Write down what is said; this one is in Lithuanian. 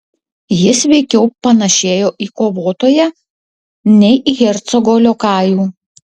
jis veikiau panėšėjo į kovotoją nei į hercogo liokajų